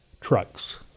trucks